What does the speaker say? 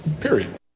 Period